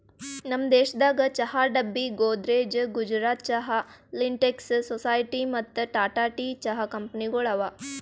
ನಮ್ ದೇಶದಾಗ್ ಚಹಾ ಡಬ್ಬಿ, ಗೋದ್ರೇಜ್, ಗುಜರಾತ್ ಚಹಾ, ಲಿಂಟೆಕ್ಸ್, ಸೊಸೈಟಿ ಮತ್ತ ಟಾಟಾ ಟೀ ಚಹಾ ಕಂಪನಿಗೊಳ್ ಅವಾ